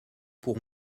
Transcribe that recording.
pour